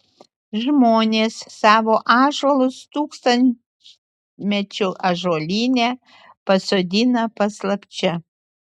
žmonės savo ąžuolus tūkstantmečio ąžuolyne pasodina paslapčia